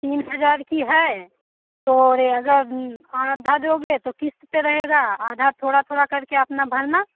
तीन हज़ार की है तो यह अगर आधा दोगे तो किश्त पर रहेगा आ आधा थोड़ा थोड़ा करके आपना भरना